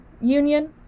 union